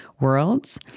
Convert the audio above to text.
worlds